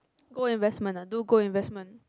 gold investment ah do gold investment